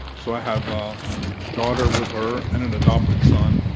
so i have a daughter with her and an adopted son